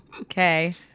Okay